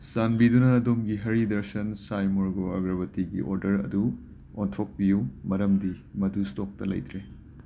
ꯆꯥꯟꯕꯤꯗꯨꯅ ꯑꯗꯣꯝꯒꯤ ꯍꯥꯔꯤ ꯗꯔꯁꯟ ꯁꯥꯏ ꯃꯨꯔꯒꯨ ꯑꯒꯔꯕꯇꯤꯒꯤ ꯑꯣꯔꯗꯔ ꯑꯗꯨ ꯑꯣꯟꯊꯣꯛꯄꯤꯌꯨ ꯃꯔꯝꯗꯤ ꯃꯗꯨ ꯁ꯭ꯇꯣꯛꯇ ꯂꯩꯇ꯭ꯔꯦ